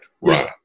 right